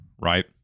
right